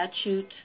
statute